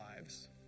lives